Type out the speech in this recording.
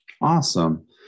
awesome